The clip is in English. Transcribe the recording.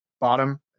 bottom